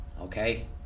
okay